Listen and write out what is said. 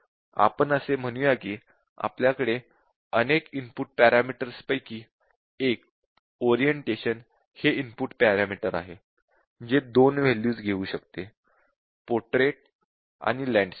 आपण असे म्हणूया की आपल्याकडे अनेक इनपुट पॅरामीटर्सपैकी एक ओरिएंटेशन हे इनपुट पॅरामीटर आहे जे 2 वॅल्यूज घेऊ शकते पोर्ट्रेट आणि लँडस्केप